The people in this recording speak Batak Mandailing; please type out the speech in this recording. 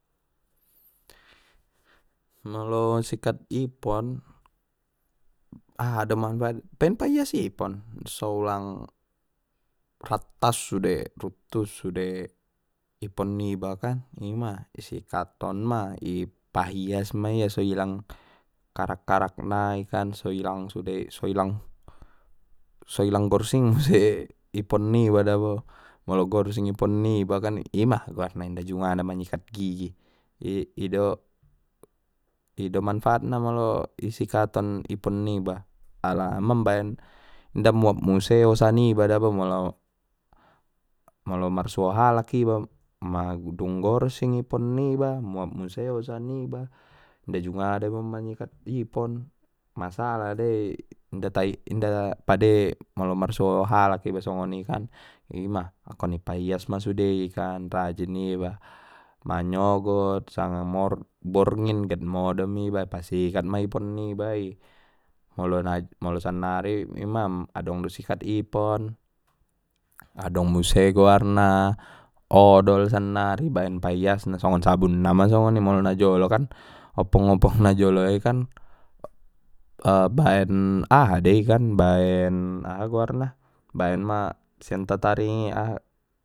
Molo sikat ipon aha do manafaat na baen paias ipon so ulang rata sude rutu sude ipon niba kan ima sikat on ma i pahias ma ia so hilang karak karak nai kan so hilang sude so hilang so hilang gorsing muse ipon niba dabo molo gorsing ipon niba kan ima guarna inda jungada manyikat gigi i-i do ido manfaatna molo isikatan ipon niba ala mambaen inda muap muse osa niba dabo molo molo marsuo halak iba ma-madung gorsing ipon niba muap muse osa niba inda jungada iba manyikat ipon masala mei inda tai-inda pade molo marsuo halak iba soni kan ima ankkon i paias ma sude i kan rajin iba manyogot sanga mor-borngin get modom iba pasikat ma ipon niba i molo na molo sannari adong do sikat ipon adong muse goarna odol sannari baen pa ias na songon sabunna ma songoni molo najolo kan oppung oppung na jolo i kan baen aha dei baen aha goarna baen ma sian tataring i aha.